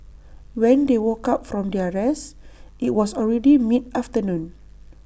when they woke up from their rest IT was already mid afternoon